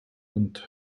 und